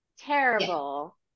terrible